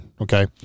Okay